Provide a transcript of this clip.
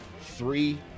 Three